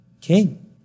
King